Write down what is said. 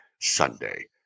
sunday